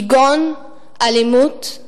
כגון אלימות,